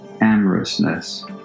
amorousness